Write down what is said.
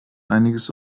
einiges